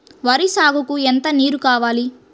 వరి సాగుకు ఎంత నీరు కావాలి?